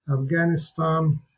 Afghanistan